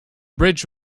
bridge